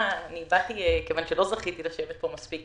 באתי כיוון שלא זכיתי לשבת פה מספיק,